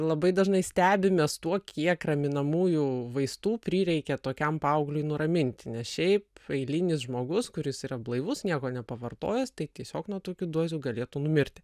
labai dažnai stebimės tuo kiek raminamųjų vaistų prireikia tokiam paaugliui nuraminti nes šiaip eilinis žmogus kuris yra blaivus nieko nepavartojęs tai tiesiog nuo tokių dozių galėtų numirti